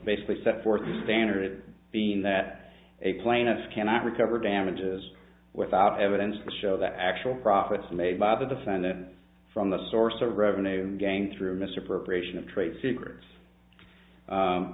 basically set forth the standard being that a plaintiff cannot recover damages without evidence to show that actual profits made by the defendant from the source of revenue gang through misappropriation of trade secrets